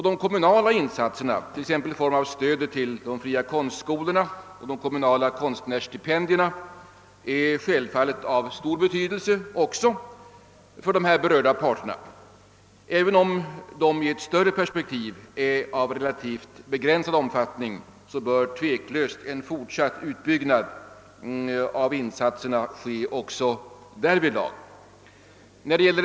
De kommunala insatserna, exempelvis i form av stöd till de fria konstskolorna samt de kommunala konstnärsstipendierna, är självfallet också av stor betydelse för dem som berörs därav. även om de insatserna i ett större perspektiv är av relativt begränsad omfattning bör ändå tveklöst en fortsatt utbyggnad av dem komma till stånd.